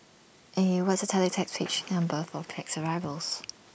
eh what's the teletext page number for planes arrivals